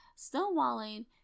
stonewalling